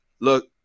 look